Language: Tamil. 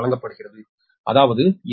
வழங்கப்படுகிறது அதாவது இந்த 20 MVA 13